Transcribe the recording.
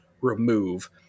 remove